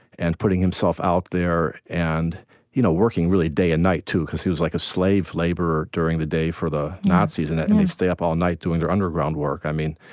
and putting himself out there, and you know working really day and night too because he was like a slave laborer during the day for the nazis, and and they'd stay up all night doing their underground work i mean,